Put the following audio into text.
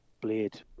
Blade